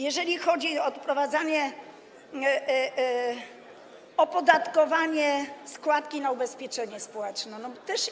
Jeżeli chodzi o odprowadzanie, opodatkowanie składki na ubezpieczenie społeczne.